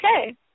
Okay